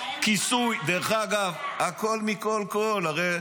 --- דרך אגב, הכול, מכול, כול.